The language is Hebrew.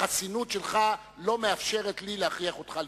החסינות שלך לא מאפשרת לי להכריח אותך לקרוא.